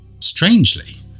Strangely